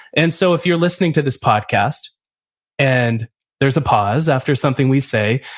and so if you're listening to this podcast and there's a pause after something we say,